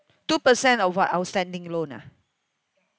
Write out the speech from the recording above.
two percent of what outstanding loan ah